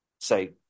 say